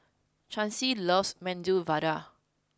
Chauncy loves Medu Vada